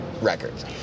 Records